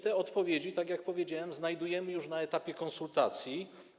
Te odpowiedzi, tak jak powiedziałem, znajdujemy już na etapie konsultacji.